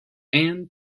and